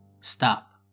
Stop